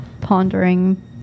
pondering